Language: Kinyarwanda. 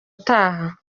utaha